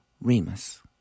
Remus